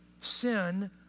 Sin